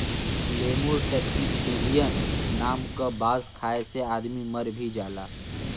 lemur taxiphyllin नाम क बांस खाये से आदमी मर भी जाला